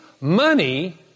money